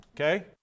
Okay